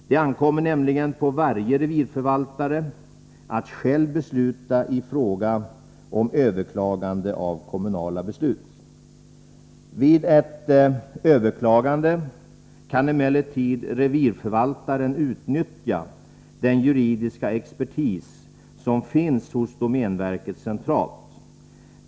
Det ankommer nämligen på varje revirförvaltare att själv besluta i fråga om överklagande av kommunala beslut. Vid ett överklagande kan emellertid revirförvaltaren utnyttja den juridiska expertis som finns hos domänverket centralt.